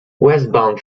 westbound